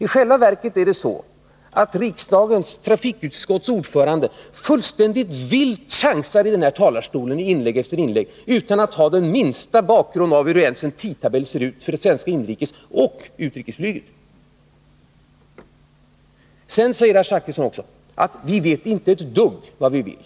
I själva verket är det så att ordföranden i riksdagens trafikutskott fullständigt vilt chansar i den här talarstolen i inlägg efter inlägg utan att ha — Nr 53 ens den minsta bakgrund när det gäller hur en tidtabell ser ut för det svenska inrikesoch utrikesflyget. Sedan säger Bertil Zachrisson att vi i regeringen inte vet vad vi vill.